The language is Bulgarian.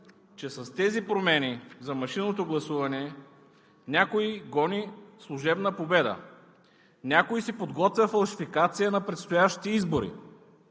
че с тези промени за машинното гласуване някой гони служебна победа, някой си подготвя фалшификация на предстоящите избори.